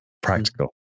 practical